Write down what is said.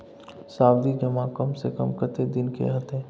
सावधि जमा कम से कम कत्ते दिन के हते?